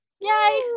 Yay